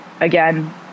again